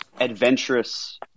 adventurous